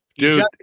Dude